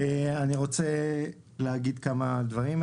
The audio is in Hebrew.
אני רוצה להגיד כמה דברים,